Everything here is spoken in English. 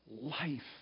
life